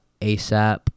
ASAP